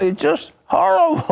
ah just horrible.